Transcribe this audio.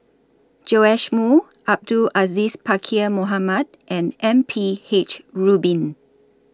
Joash Moo Abdul Aziz Pakkeer Mohamed and M P H Rubin